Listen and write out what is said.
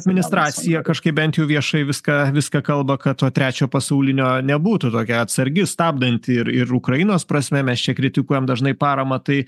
administraciją kažkaip bent jau viešai viską viską kalba kad to trečio pasaulinio nebūtų tokia atsargi stabdanti ir ir ukrainos prasme mes čia kritikuojam dažnai paramą tai